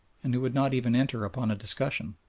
and would not even enter upon a discussion.